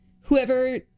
whoever